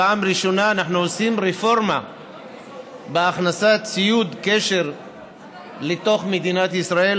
פעם ראשונה שאנחנו עושים רפורמה בהכנסת ציוד קשר לתוך מדינת ישראל,